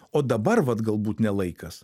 o dabar vat galbūt ne laikas